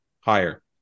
higher